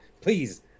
Please